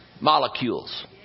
molecules